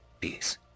peace